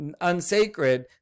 unsacred